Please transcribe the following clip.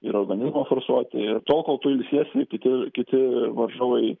ir organizmą forsuoti ir tol kol tu ilsiesi kiti kiti varžovai